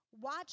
Watch